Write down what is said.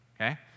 Okay